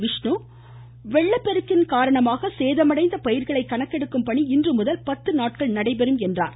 விஷ்ணு மாவட்டத்தில் வெள்ளப்பெருக்கின் காரணமாக சேதமடைந்த பயிர்களை கணக்கெடுக்கும் பணி இன்று முதல் பத்து நாட்கள் நடைபெறும் என்றார்